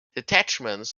detachments